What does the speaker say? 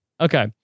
Okay